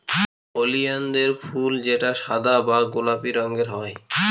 ওলিয়ানদের ফুল যেটা সাদা বা গোলাপি রঙের হয়